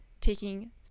taking